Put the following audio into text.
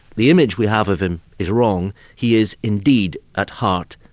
the image we have of him is wrong, he is indeed at heart,